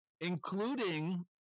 including